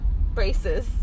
braces